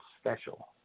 special